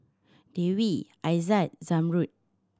Dwi Aizat Zamrud